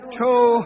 two